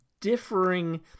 differing